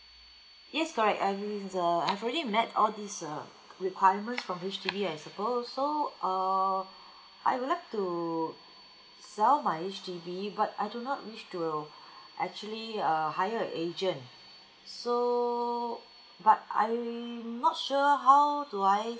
yes correct and then I've already met all these uh requirement from H_D_B I suppose so um I would like to sell my H_D_B but I do not wish to actually uh hire a agent so but I'm not sure how do I